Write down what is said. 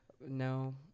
No